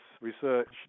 research